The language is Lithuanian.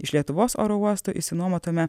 iš lietuvos oro uostų išsinuomotame